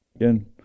Again